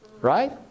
right